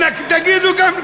יגידו גם,